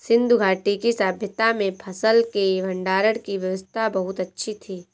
सिंधु घाटी की सभय्ता में फसल के भंडारण की व्यवस्था बहुत अच्छी थी